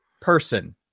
person